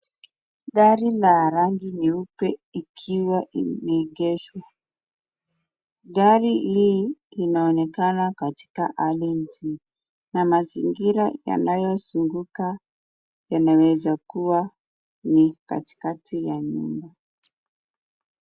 Gari la rangi nyeupe ikiwa imeegeshwa, gari hii inaonekana katika hali nzuri na mazingira yanayo zunguka yanawezakua ni katikati ya nyumba.